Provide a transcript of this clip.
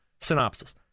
synopsis